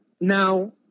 Now